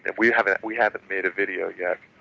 and we haven't we haven't made a video yet,